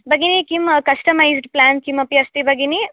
भगिनी किं customised plan किमपि अस्ति भगिनी